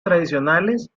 tradicionales